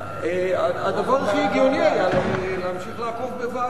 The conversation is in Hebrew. הדבר הכי הגיוני יהיה להמשיך לעקוב בוועדה.